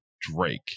Drake